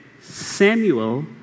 Samuel